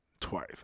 twice